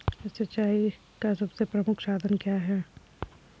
सिंचाई का सबसे प्रमुख साधन क्या है?